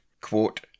Quote